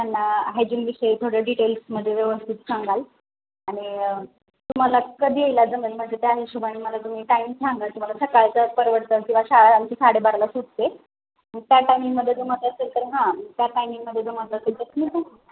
त्यांना हायजीनविषयी थोडे डिटेल्समध्ये व्यवस्थित सांगाल आणि तुम्हाला कधी यायला जमेल म्हणजे त्या हिशोबाने मला तुम्ही टाईम सांगा तुम्हाला सकाळचा परवडत किंवा शाळा आमची साडेबाराला सुटते त्या टायमिंगमध्ये जमत असेल तर हा त्या टायमिंगमध्ये जमत असेल तर त